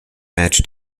matched